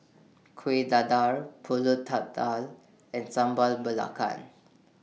Kueh Dadar Pulut Tatal and Sambal Belacan